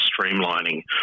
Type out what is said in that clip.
streamlining